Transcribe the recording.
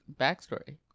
backstory